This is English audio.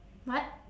what